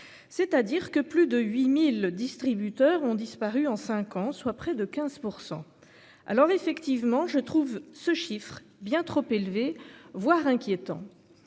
C'est-à-dire que plus de 8000 distributeurs ont disparu en 5 ans, soit près de 15%. Alors effectivement je trouve ce chiffre bien trop élevé, voire inquiétant.